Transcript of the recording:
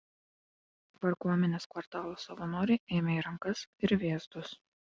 varguomenės kvartalų savanoriai ėmė į rankas ir vėzdus